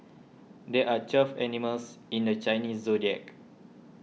there are twelve animals in the Chinese zodiac